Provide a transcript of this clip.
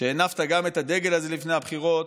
שהנפת את הדגל הזה לפני הבחירות,